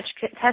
test